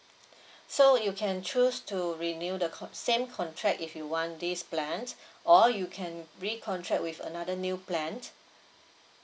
so you can choose to renew the con~ same contract if you want this plan or you can recontract with another new plan